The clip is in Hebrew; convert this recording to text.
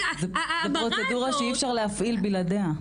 זו פרוצדורה שאי אפשר להפעיל בלעדיה.